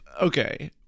okay